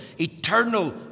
eternal